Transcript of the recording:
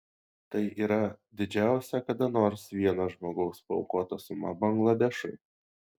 tai yra didžiausia kada nors vieno žmogaus paaukota suma bangladešui